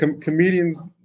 comedians